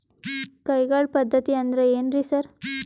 ಕೈಗಾಳ್ ಪದ್ಧತಿ ಅಂದ್ರ್ ಏನ್ರಿ ಸರ್?